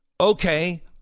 Okay